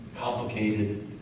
complicated